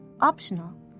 Optional